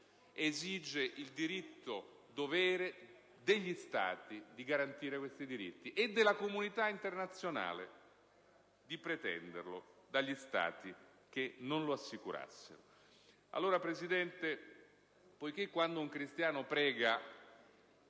vi è il diritto-dovere degli Stati di garantire questi diritti, e della comunità internazionale di pretenderlo dagli Stati che non lo assicurassero. Signora Presidente, quando un cristiano prega